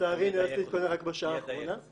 לצערי נאלצתי להתכונן רק בשעה האחרונה, אז